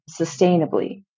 sustainably